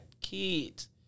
kids